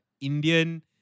Indian